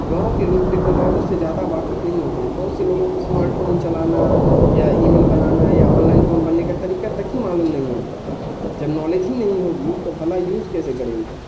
گاؤں کے لوگ ٹیکنالوجی سے زیادہ واقف نہیں ہوتے ہیں بہت سے لوگوں کو اسمارٹ فون چلانا یا ای میل بنانا یا آن لائن فام بننے کا طریقہ تک ہی معلوم نہیں ہوتا ہے جب نالج ہی نہیں ہوگی تو بھلا یوز کیسے کریں گے